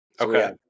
Okay